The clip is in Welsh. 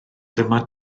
dyma